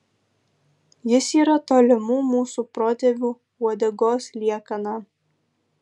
jis yra tolimų mūsų protėvių uodegos liekana